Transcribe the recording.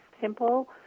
simple